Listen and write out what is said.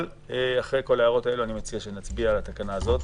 אבל אחרי כל ההערות האלה אני מציע שנצביע על התקנה הזאת.